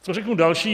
Co řeknu dalšího?